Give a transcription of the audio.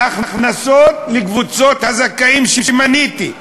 הנחות לקבוצות הזכאים שמניתי,